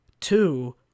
Two